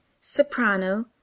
soprano